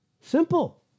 Simple